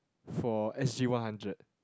for S_G-one-hundred